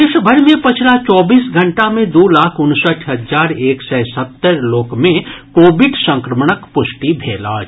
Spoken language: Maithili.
देशभरि मे पछिला चौबीस घंटा मे दू लाख उनसठि हजार एक सय सत्तरि लोक मे कोविड संक्रमणक पुष्टि भेल अछि